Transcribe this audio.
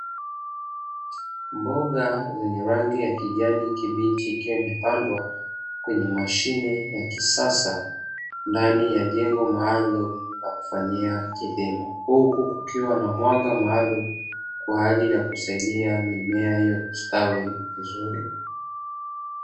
Mboga zenye rangi ya kijani kibichi, ikiwa imepandwa kwenye mashine ya kisasa ndani ya jengo maalumu la kufanyia kilimo, huku kukiwa na mwanga maalumu kwa ajili ya kusaidia mimea hiyo kustawi vizuri.